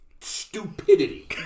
stupidity